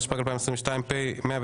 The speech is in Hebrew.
התשפ"ג 2022 (פ/109/25),